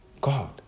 God